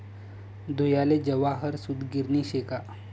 धुयाले जवाहर सूतगिरणी शे का